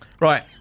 Right